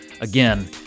again